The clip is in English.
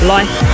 Life